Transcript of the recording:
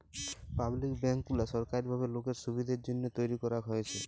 public bank গুলা সরকারি ভাবে লোকের সুবিধের জন্যহে তৈরী করাক হয়েছে